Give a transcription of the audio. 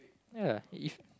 ya if